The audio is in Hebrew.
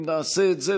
אם נעשה את זה,